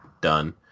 done